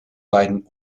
beiden